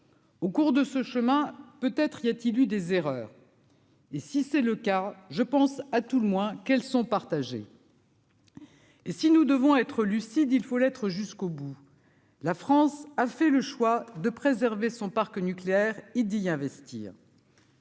Au cours de ce chemin, peut-être y a-t-il eu des erreurs et si c'est le cas, je pense à tout le moins, quelles sont partagés. Et si nous devons être lucide, il faut l'être jusqu'au bout, la France a fait le choix de préserver son parc nucléaire, il dit : investir.